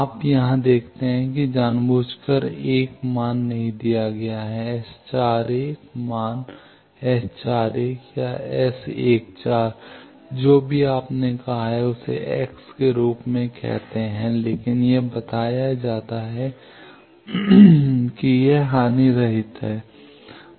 आप यहाँ देखते हैं कि जानबूझकर 1 मान नहीं दिया गया है S 41 मान S 41 या S14 जो भी आपने कहा है उसे x के रूप में कहते हैं लेकिन यह बताया जाता है कि यह हानिरहित है